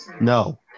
No